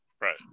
Right